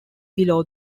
below